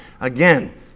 Again